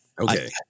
Okay